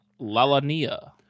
Lalania